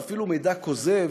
ואפילו מידע כוזב,